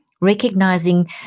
recognizing